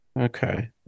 Okay